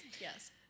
yes